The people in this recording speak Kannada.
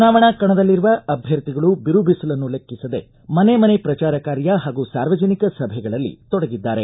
ಚುನಾವಣಾ ಕಣದಲ್ಲಿರುವ ಅಭ್ವರ್ಥಿಗಳು ಬಿರುಬಿಸಿಲನ್ನೂ ಲೆಕ್ಕಿಸದೆ ಮನೆ ಮನೆ ಪ್ರಚಾರ ಕಾರ್ಯ ಹಾಗೂ ಸಾರ್ವಜನಿಕ ಸಭೆಗಳಲ್ಲಿ ತೊಡಗಿದ್ದಾರೆ